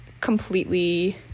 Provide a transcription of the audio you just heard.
completely